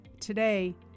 Today